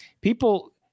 people